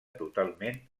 totalment